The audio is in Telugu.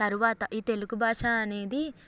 తరువాత ఈ తెలుగు భాష అనేది